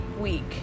week